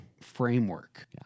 framework